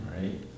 right